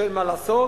שואל מה לעשות,